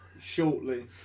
shortly